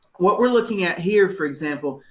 what we're looking at here, for example,